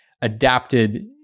adapted